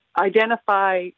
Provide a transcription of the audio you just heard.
identify